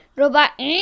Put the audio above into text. robot